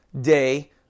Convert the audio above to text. day